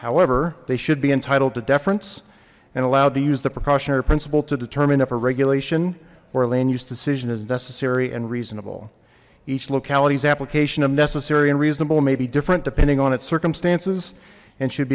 however they should be entitled to deference and allowed to use the precautionary principle to determine if a regulation or land use decision is necessary and reasonable each localities application of necessary and reasonable may be different depending on its circumstances and should